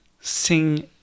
sing